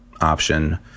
option